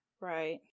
Right